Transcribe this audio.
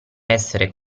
essere